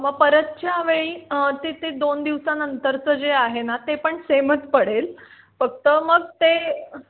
म परतच्या वेळी तिथे दोन दिवसानंतरचं जे आहे ना ते पण सेमच पडेल फक्त मग ते